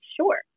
Sure